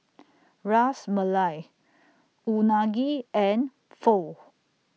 Ras Malai Unagi and Pho